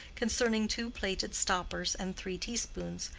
concerning two plated stoppers and three teaspoons,